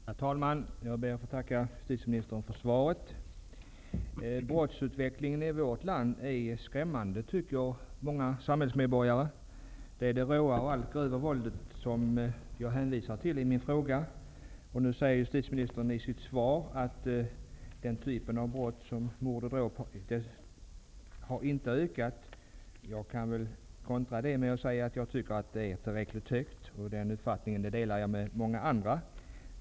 Herr talman! Jag ber att få tacka justitieministern för svaret. Många samhällsmedborgare tycker att brottsutvecklingen i vårt land är skrämmande. I min fråga hänvisade jag till det råa och allt grövre våldet. I sitt svar säger justitieministern att antalet mord och dråp inte har ökat. Jag vill då kontra med att säga att jag tycker att antalet är tillräckligt högt, en uppfattning som jag delar med många andra.